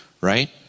right